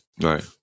Right